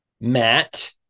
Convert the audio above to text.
Matt